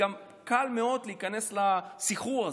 וגם קל מאוד להיכנס לסחרור הזה.